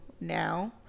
now